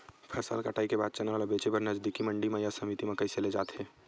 फसल कटाई के बाद चना ला बेचे बर नजदीकी मंडी या समिति मा कइसे ले जाथे?